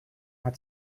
hat